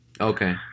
Okay